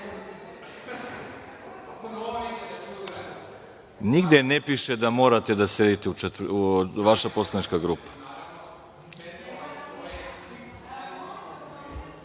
ne piše da morate da sedite, vaša poslanička grupa.